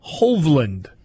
Hovland